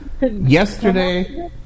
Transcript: yesterday